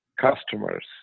customers